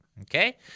Okay